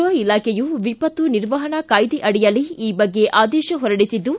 ಗೃಹ ಇಲಾಖೆಯು ವಿಪತ್ತು ನಿರ್ವಹಣಾ ಕಾಯ್ದೆ ಅಡಿಯಲ್ಲಿ ಈ ಬಗ್ಗೆ ಆದೇಶ ಹೊರಡಿಸಿದ್ದು